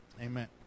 Amen